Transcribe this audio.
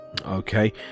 okay